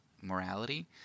morality